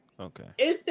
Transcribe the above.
Okay